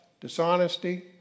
dishonesty